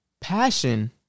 Passion